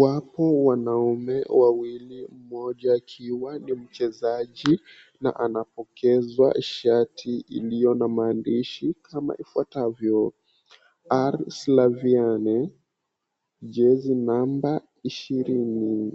Wapo wanaume wawili, mmoja akiwa ni mchezaji na anapokezwa shati iliyo na maandishi kama ifuatavyo; R Sylvaine, jezi namba 20.